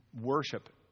worship